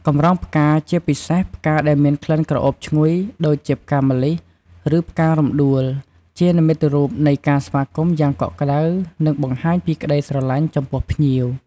កម្រងផ្កាជាពិសេសផ្កាដែលមានក្លិនក្រអូបឈ្ងុយ ដូចជាផ្កាម្លិះ ឬផ្ការំដួល ជានិមិត្តរូបនៃការស្វាគមន៍យ៉ាងកក់ក្តៅ និងបង្ហាញពីក្ដីស្រឡាញ់ចំពោះភ្ញៀវ។